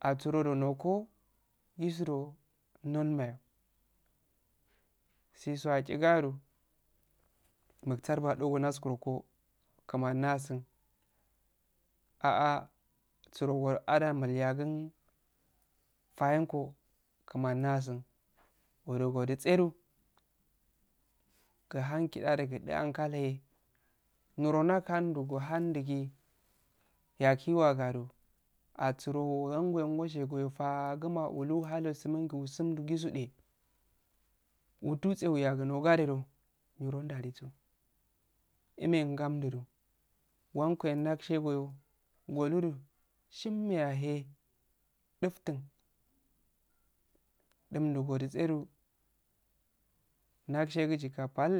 Asro nogo uzuro nol mayo sushu ajigoro mutabar naskurogo kumani asun ah ah suro adam miyagun fayengo kumani asun ngoro odusedo suhan chida de du ankalhe niro ndalhu ngudallun si yakiwagaro atsuro faguma oluhagu summungo gugude uyagu nogade niro nduwalu so umehe samddu do wengo ndowshigoyo woludu shim ya eh duftum dum godusedoh, ndalshegu jika pal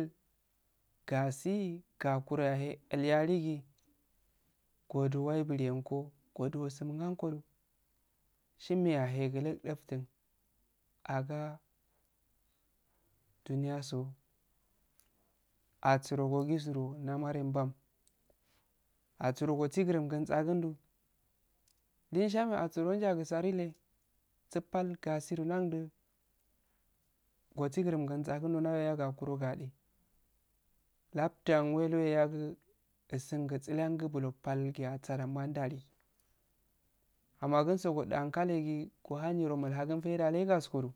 gasi gakaroya ehh ilyaligi godu wai biliyengo goduwo wai sumuyengo shim ya eh gudu duftun agah duniyaso asuro wujiro namare mbam asuro osi gurum sakun do lai shame iyagu sarikel su pal gagirondudu gosi gurum gasi gokuro doh ndwa yasu gade laptu ango eliyagu lengu bulo pal, givasadan ma amma kunso udu ankalhe swahunniro milhun faida do leh gasi